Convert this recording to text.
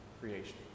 creation